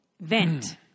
Vent